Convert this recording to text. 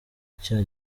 cya